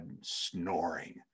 snoring